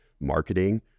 marketing